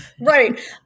Right